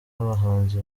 n’abahanzi